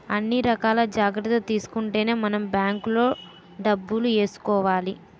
అన్ని రకాల జాగ్రత్తలు తీసుకుంటేనే మనం బాంకులో డబ్బులు ఏసుకోవాలి